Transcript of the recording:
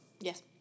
Yes